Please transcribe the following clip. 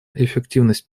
эффективность